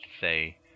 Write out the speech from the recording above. say